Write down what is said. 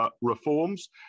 reforms